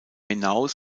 hinaus